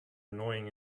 annoying